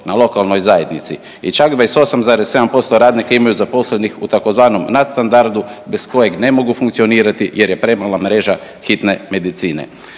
na lokalnoj zajednici i čak 28,7% radnika imaju zaposlenih u tzv. nadstandardu bez kojeg ne mogu funkcionirati jer je premala mreže hitne medicine.